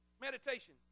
meditation